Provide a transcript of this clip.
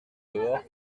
dehors